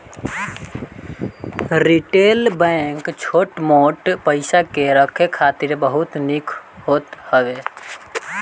retail bank छोट मोट पईसा के रखे खातिर बहुते निक होत हवे